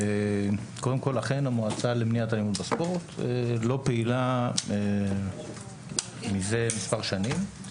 קודם כל אכן המועצה למניעת אלימות בספורט לא פעילה מזה מספר שנים.